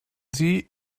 sie